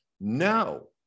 no